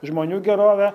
žmonių gerovę